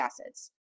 acids